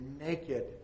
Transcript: naked